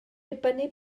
dibynnu